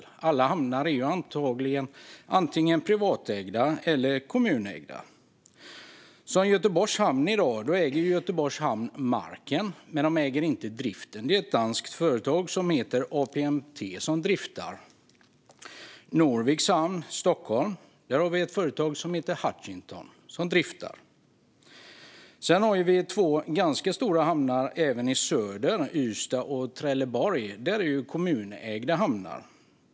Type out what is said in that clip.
Alla hamnar är antingen privat eller kommunägda. När det gäller Göteborg äger Göteborgs hamn i dag marken, men man äger inte driften. Det är ett danskt företag som heter APM Terminals som driftar. I Norviks hamn i Stockholm är det ett företag som heter Hutchison som driftar. Sedan har vi två ganska stora hamnar i söder, Ystad och Trelleborg, som är kommunägda.